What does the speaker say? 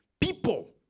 people